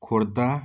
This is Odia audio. ଖୋର୍ଦ୍ଧା